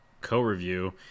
co-review